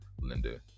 Linda